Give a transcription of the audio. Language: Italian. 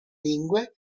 lingue